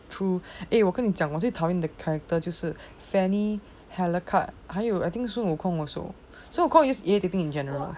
true eh 我跟你讲我最讨厌的 character 就是 fanny alucard 还有 I think 孙悟空 also 孙悟空 is irritating in general